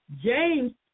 James